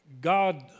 God